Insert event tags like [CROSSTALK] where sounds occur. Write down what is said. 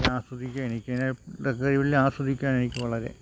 ഇത് ആസ്വദിക്കുക എനിക്ക് അങ്ങനെ ഇതൊക്കെ [UNINTELLIGIBLE] ആസ്വദിക്കാൻ എനിക്ക് വളരെ